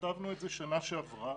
כתבנו את זה בשנה שעברה